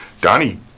Donnie